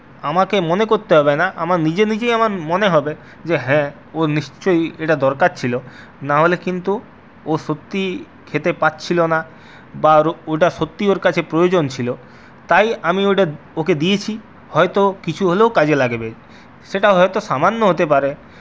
আমাকে মনে করতে হবে না আমার নিজে নিজেই আমার মনে হবে যে হ্যাঁ ওর নিশ্চয়ই এটা দরকার ছিল নাহলে কিন্তু ও সত্যিই খেতে পারছিল না বা ওটা সত্যিই ওর কাছে প্রয়োজন ছিল তাই আমি ওইটা ওকে দিয়েছি হয়ত কিছু হলেও কাজে লাগবে সেটা হয়ত সামান্য হতে পারে